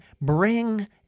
bring